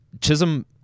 Chisholm